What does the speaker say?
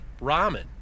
Ramen